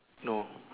no